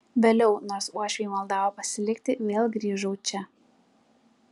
vėliau nors uošviai maldavo pasilikti vėl grįžau čia